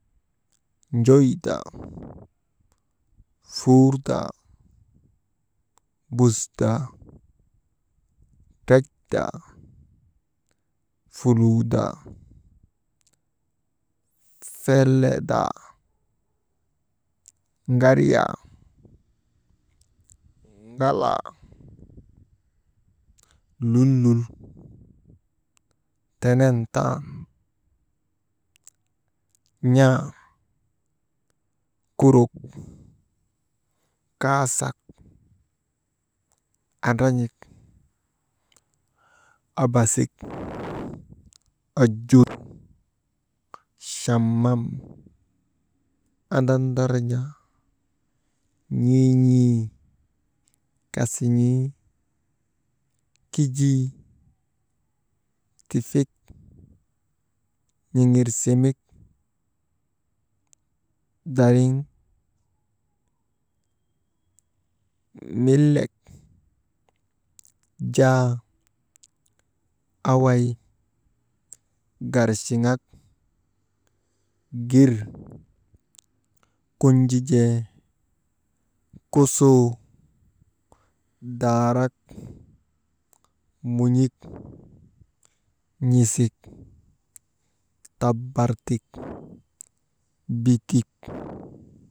Njoydaa, fuurdaa, busdaa, trekdaa, fuluudaa, selleedaa ŋariyaa, ndalaa, lul lul, tenen tan, n̰aa kurok, kaaasak, andran̰ik abasik, ojur, chammam, andandann̰aa, n̰iin̰ii, kasin̰ii, kijii, tifik, n̰iŋirsimik dariŋ, millek, jaa, away, garchiŋak, gir, kunjijee, kusuu, daarrak mun̰ik, n̰isik tabartik, bitik.